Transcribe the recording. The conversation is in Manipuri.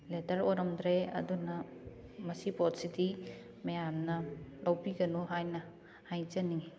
ꯂꯦꯗꯔ ꯑꯣꯏꯔꯝꯗ꯭ꯔꯦ ꯑꯗꯨꯅ ꯃꯁꯤ ꯄꯣꯠꯁꯤꯗꯤ ꯃꯌꯥꯝꯅ ꯂꯧꯕꯤꯒꯅꯨ ꯍꯥꯏꯅ ꯍꯥꯏꯖꯅꯤꯡꯏ